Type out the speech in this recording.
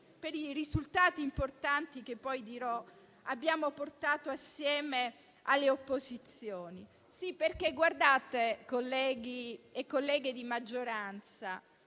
e i risultati importanti che abbiamo portato assieme alle opposizioni. Sì, perché, colleghi e colleghe di maggioranza,